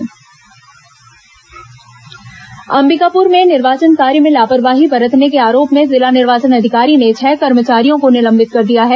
चुनाव कर्मी कार्रवाई अंबिकापुर में निर्वाचन कार्य में लापरवाही बरतने के आरोप में जिला निर्वाचन अधिकारी ने छह कर्मचारियों को निलंबित कर दिया है